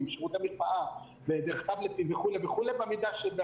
פונה לגריאטר מחוזי, את פונה אליו, הוא על